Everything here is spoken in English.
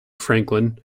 franklin